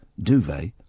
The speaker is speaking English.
duvet